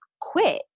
quit